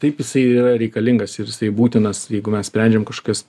taip jisai yra reikalingas ir jisai būtinas jeigu mes sprendžiam kažkokias